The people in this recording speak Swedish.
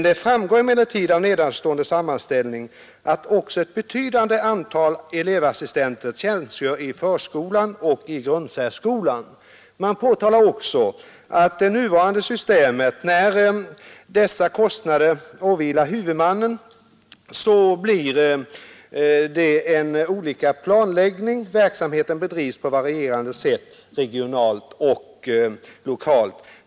Det framgår emellertid av nedanstående sammanställning ——— att också ett betydande antal elevassistenter tjänstgör i förskolan och i grundsärskolan.” Man påtalar också att med det nuvarande systemet, när dessa kostnader åvilar huvudmannen, bedrivs verksamheten på varierande sätt regionalt och lokalt.